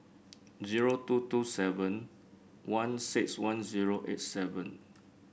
zero two two seven one six one zero eight seven